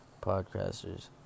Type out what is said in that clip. podcasters